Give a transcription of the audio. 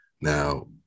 Now